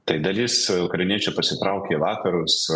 tik dalis ukrainiečių pasitraukė į vakarus